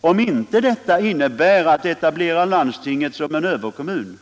Om inte detta innebär att man etablerar landstinget som en överkommun,